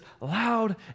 loud